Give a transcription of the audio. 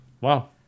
wow